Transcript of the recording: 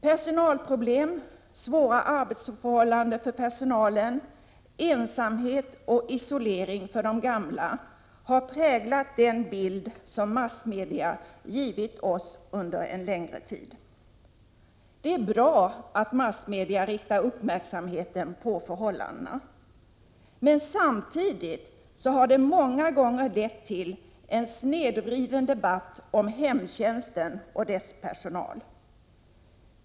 Personalproblem, svåra arbetsförhållanden för personalen, ensamhet och isolering för de gamla har präglat den bild som massmedia givit oss under en längre tid. Det är bra att massmedia riktar uppmärksamheten på förhållandena. Men samtidigt har det många gånger lett till en snedvriden debatt om hemtjänsten och dess personal.